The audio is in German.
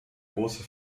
große